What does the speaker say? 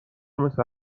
مثل